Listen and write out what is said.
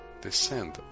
descend